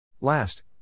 Last